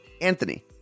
Anthony